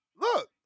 Look